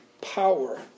power